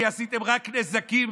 כי עשיתם רק נזקים,